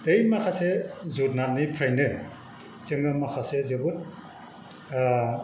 बै माखासे जुनारनिफ्रायनो जोङो माखासे जोबोद